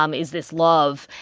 um is this love?